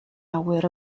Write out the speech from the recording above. awyr